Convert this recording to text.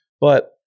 but-